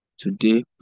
Today